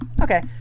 Okay